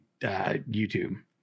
YouTube